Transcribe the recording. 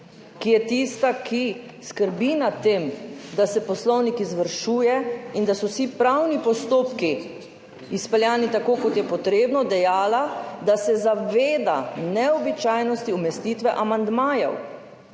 ki je tista, ki skrbi za to, da se poslovnik izvršuje in da so vsi pravni postopki izpeljani tako, kot je potrebno, dejala, da se zaveda neobičajnosti umestitve amandmajev.